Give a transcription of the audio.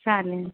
चालेल